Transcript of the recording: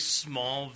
small